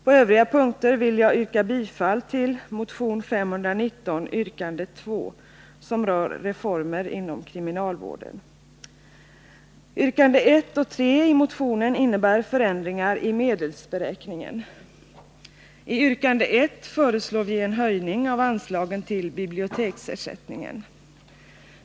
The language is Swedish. På övriga punkter vill jag yrka bifall till motion 519 yrkande 2, som rör Yrkandena 1 och 3 i motionen gäller förändringar i medelsberäkningen. I yrkande 1 föreslår vi en höjning av anslagen till biblioteksersättningen.